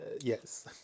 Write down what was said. Yes